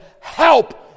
help